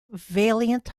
valiant